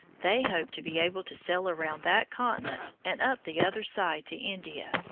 they hoped to be able to sail around that continent and up the other side to india.